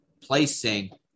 placing